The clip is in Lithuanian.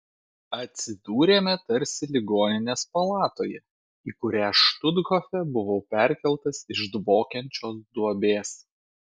atsidūrėme tarsi ligoninės palatoje į kurią štuthofe buvau perkeltas iš dvokiančios duobės